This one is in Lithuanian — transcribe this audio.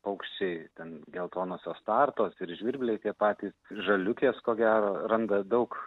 paukščiai ten geltonosios startos ir žvirbliai tie patys žaliukės ko gero randa daug